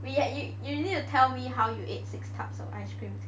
you need to tell me how you ate six tubs of ice cream